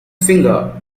finger